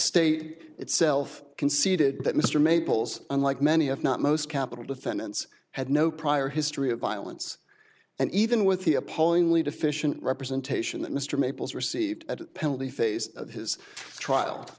state itself conceded that mr maples unlike many if not most capital defendants had no prior history of violence and even with the appallingly deficient representation that mr maples received at penalty phase of his trial